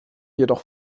jedoch